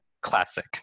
classic